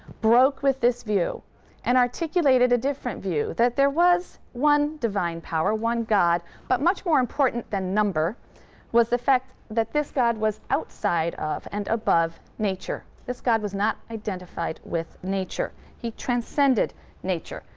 broke with this view and articulated a different view, that there was one divine power, one god. but much more important than number was the fact that this god was outside of and above nature. this god was not identified with nature. he transcended nature,